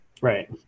Right